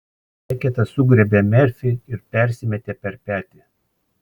beketas sugriebė merfį ir persimetė per petį